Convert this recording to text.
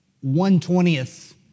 one-twentieth